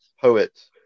poet